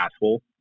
asshole